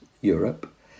Europe